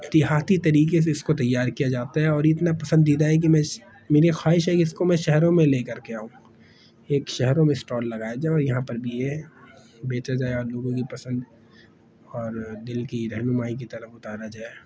دیہاتی طریقے سے اس کو تیار کیا جاتا ہے اور یہ اتنا پسندیدہ ہے کہ میں اس میری خواہش ہے کہ اس کو میں شہروں میں لے کر کے آؤں ایک شہروں میں اسٹال لگایا جائے اور یہاں پر بھی یہ بیچا جائے اور لوگوں کی پسند اور دل کی رہنمائی کی طرف اتارا جائے